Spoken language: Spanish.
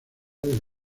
del